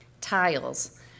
tiles